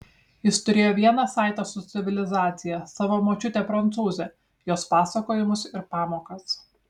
jis turėjo vieną saitą su civilizacija savo močiutę prancūzę jos pasakojimus ir pamokas